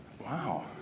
Wow